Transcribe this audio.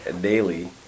daily